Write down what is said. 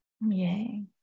yay